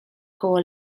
koło